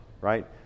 right